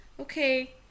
okay